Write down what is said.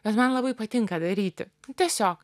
bet man labai patinka daryti tiesiog